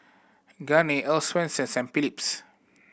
Garnier Earl's Swensens and Philips